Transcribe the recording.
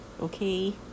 Okay